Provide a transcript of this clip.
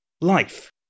life